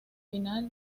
final